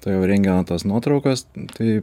tuojau rentgeno tos nuotraukos tai